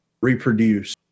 reproduce